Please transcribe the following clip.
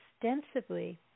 extensively